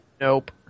nope